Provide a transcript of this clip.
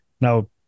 Now